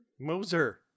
Moser